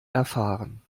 erfahren